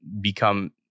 become